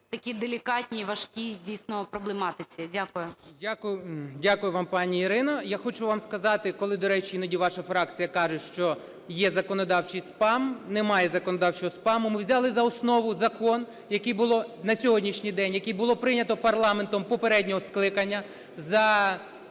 такій делікатній, важкій, дійсно, проблематиці. Дякую. 17:54:31 БАКУМОВ О.С. Дякую вам, пані Ірино. Я хочу вам сказати, коли, до речі, іноді ваша фракція каже, що є законодавчий спам. Немає законодавчого спаму. Ми взяли за основу закон на сьогоднішній день, який було прийнято парламентом попереднього скликання, за